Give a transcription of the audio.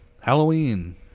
Halloween